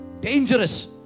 Dangerous